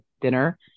dinner